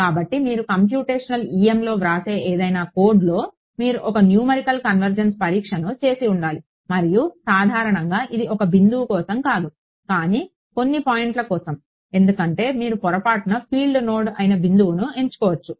కాబట్టి మీరు కంప్యుటేషనల్ EMలో వ్రాసే ఏదైనా కోడ్లో మీరు ఒక న్యూమెరికల్ కన్వెర్జెన్స్ పరీక్షను చేసి ఉండాలి మరియు సాధారణంగా ఇది ఒక బిందువు కోసం కాదు కానీ కొన్ని పాయింట్ల కోసం ఎందుకంటే మీరు పొరపాటున ఫీల్డ్ నోడ్ అయిన బిందువుని ఎంచుకోవచ్చు